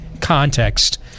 context